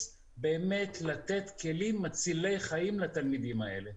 ובאמת לתת כלים מצילי חיים לתלמידים האלה.